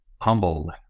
humbled